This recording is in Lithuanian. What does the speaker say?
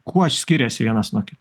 kuo skiriasi vienas nuo kito